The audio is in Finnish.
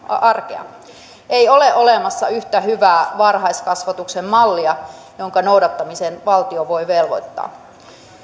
arkea ei ole olemassa yhtä hyvää varhaiskasvatuksen mallia jonka noudattamiseen valtio voi velvoittaa